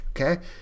Okay